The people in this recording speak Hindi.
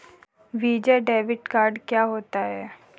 वीज़ा डेबिट कार्ड क्या होता है?